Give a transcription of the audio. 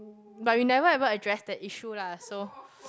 but we never ever addressed the issue lah so